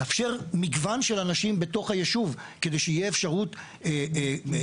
לאפשר מגוון של אנשים בתוך היישוב כדי שתהיה אפשרות קלה,